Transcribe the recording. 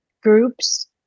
groups